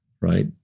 right